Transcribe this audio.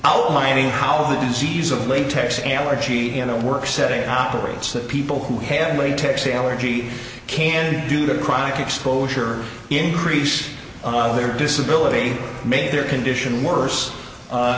outlining how the disease of latex allergy in a work setting operates that people who have a taxi allergy can do that chronic exposure increase on their disability make their condition worse